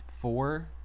four